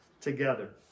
together